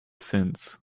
since